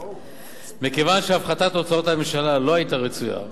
מכיוון שהפחתת הוצאות הממשלה לא היתה רצויה,